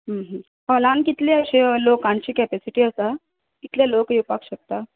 हॉलान कितलीं अशीं लोकांची कॅपेसिटी आसा कितलें लोक येवपाक शकता